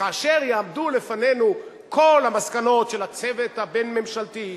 וכאשר יעמדו לפנינו כל המסקנות של הצוות הבין-ממשלתי,